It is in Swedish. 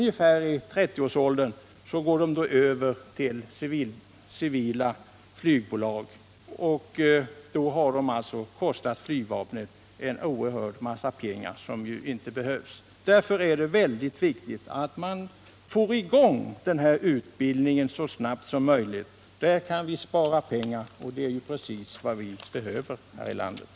Ungefär i 30-årsåldern går de över till civila flygbolag, och då har de alltså kostat flygvapnet en oerhörd massa pengar. Därför är det väldigt viktigt att få i gång en civil flygförarutbildning så snabbt som möjligt. Där kan vi spara pengar, och det är precis vad vi behöver här i landet.